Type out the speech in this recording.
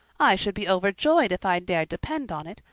i should be overjoyed if i dared depend on it,